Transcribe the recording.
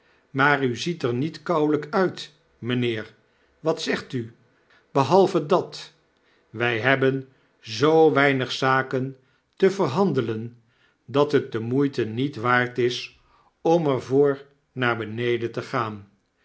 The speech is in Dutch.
maar u ziet er niet kouwelgk uit mijnheer wat zegt u behalve dat wy hebben zoo weinig zakenteverhandelen dat het de moeite niet waard is om er voor naar beneden te gaan